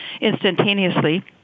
instantaneously